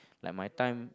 like my time